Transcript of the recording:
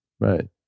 right